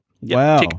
Wow